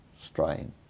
strain